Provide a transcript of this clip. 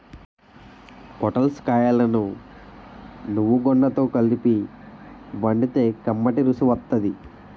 పొటల్స్ కాయలను నువ్వుగుండతో కలిపి వండితే కమ్మటి రుసి వత్తాది